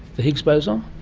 the higgs boson?